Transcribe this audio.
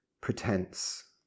pretense